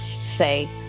say